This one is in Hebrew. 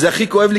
זה הכי כואב לי,